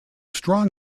strong